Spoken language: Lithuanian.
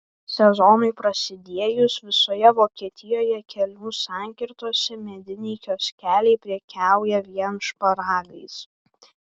sezonui prasidėjus visoje vokietijoje kelių sankirtose mediniai kioskeliai prekiauja vien šparagais